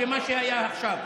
במה שהיה עכשיו.